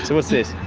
so what's this?